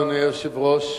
אדוני היושב-ראש,